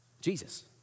Jesus